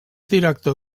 director